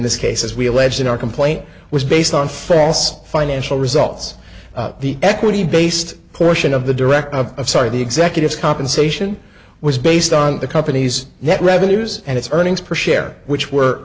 this case as we allege in our complaint was based on false financial results the equity based portion of the direct of of sorry the executive compensation was based on the company's net revenues and its earnings per share which were